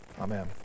Amen